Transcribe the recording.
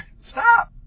stop